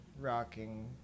rocking